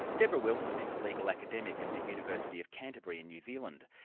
debra wilson is a legal academic at the university of canterbury in new zealand.